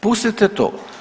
Pustite to!